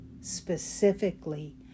specifically